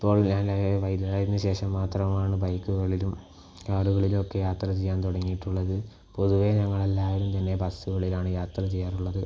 ഇപ്പോൾ ഞാൻ ശേഷം മാത്രമാണ് ബൈക്കുകളിലും കാറുകളിലും ഒക്കെ യാത്ര ചെയ്യാൻ തുടങ്ങിയിട്ടുള്ളത് പൊതുവേ ഞങ്ങളെല്ലാവരും തന്നെ ബസ്സുകളിലാണ് യാത്ര ചെയ്യാറുള്ളത്